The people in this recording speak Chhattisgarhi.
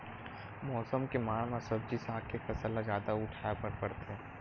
मउसम के मार म सब्जी साग के फसल ल जादा उठाए बर परथे